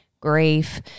grief